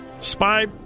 Spy